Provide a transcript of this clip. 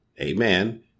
amen